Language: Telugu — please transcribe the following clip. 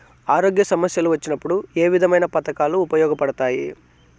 ఆరోగ్య సమస్యలు వచ్చినప్పుడు ఏ విధమైన పథకాలు ఉపయోగపడతాయి